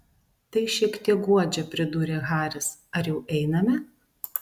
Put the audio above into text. tai šiek tiek guodžia pridūrė haris ar jau einame